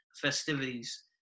festivities